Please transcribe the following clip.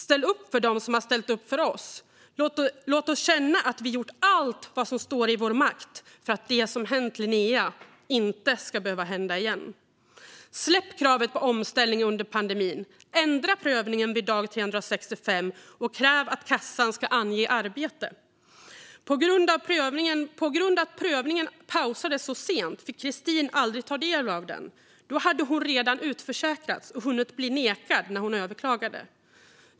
Ställ upp för dem som har ställt upp för oss! Låt oss känna att vi har gjort allt som står i vår makt för att det som hänt Linnea inte ska behöva hända igen! Släpp kravet på omställning under pandemin! Ändra prövningen vid dag 365, och kräv att kassan ska ange arbete! Eftersom prövningen pausades så sent fick Christine aldrig ta del av den. Hon hade redan utförsäkrats och hunnit bli nekad när hon överklagade.